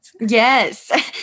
Yes